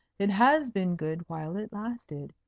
it has been good while it lasted.